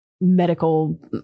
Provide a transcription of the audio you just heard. medical